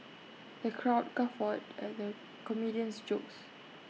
the crowd guffawed at the comedian's jokes